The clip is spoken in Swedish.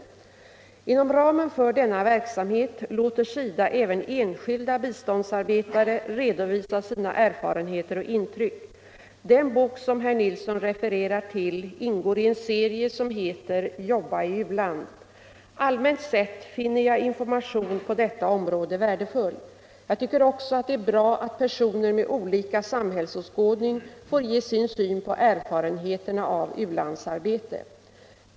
av viss information Inom ramen för denna verksamhet låter SIDA även enskilda bistånds från SIDA arbetare redovisa sina erfarenheter och intryck. Den bok som herr Nilsson refererar till ingår i en serie som heter Jobba i u-land. Allmänt sett finner jag information på detta område värdefull. Jag tycker också att det är bra att personer med olika samhällsåskådning får ge sin syn på erfarenheterna av u-landsarbete.